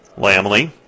Lamley